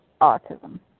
autism